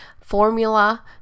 formula